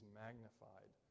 magnified